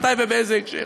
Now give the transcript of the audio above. מתי ובאיזה הקשר.